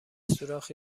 سوراخی